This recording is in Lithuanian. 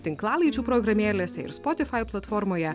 tinklalaidžių programėlėse ir spotifai platformoje